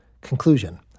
Conclusion